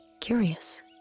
curious